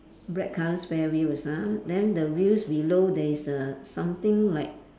red colour spare wheels ah then the wheels below there's a something like